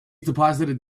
deposited